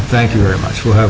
thank you very much will have